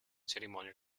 cerimonie